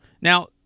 Now